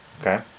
Okay